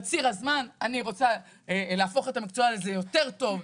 בציר הזמן אני רוצה להפוך את המקצוע הזה ליותר טוב,